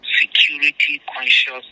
security-conscious